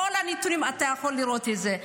בכל הניטורים אתה יכול לראות את זה.